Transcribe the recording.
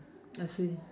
I see